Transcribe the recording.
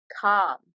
calm